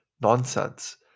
Nonsense